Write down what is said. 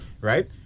right